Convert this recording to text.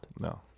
No